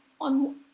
on